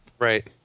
right